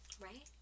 Right